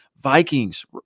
Vikings